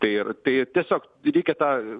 tai ir tai ir tiesiog reikia tą